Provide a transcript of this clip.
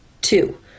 Two